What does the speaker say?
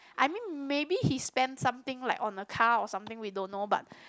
I mean maybe he spend something like on a car or something we don't know but